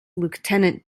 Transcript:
lieutenant